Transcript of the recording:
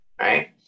right